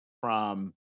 from-